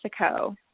Mexico